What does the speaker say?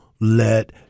let